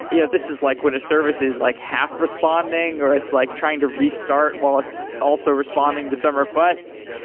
yeah this is like when a service is like half responding, or it's like trying to restart while it's also responding to some requests,